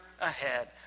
ahead